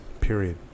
period